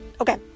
Okay